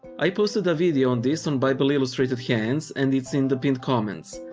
i posted a video on this on bible illustrated hands and it's in the pinned comments,